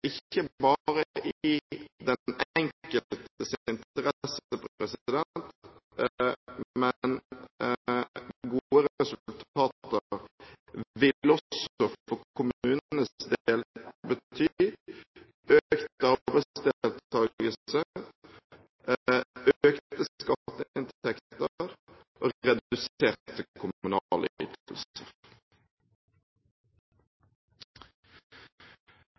ikke bare i den enkeltes interesse. Gode resultater vil også for kommunenes del bety økt arbeidsdeltagelse, økte skatteinntekter og